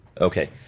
Okay